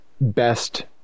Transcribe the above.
best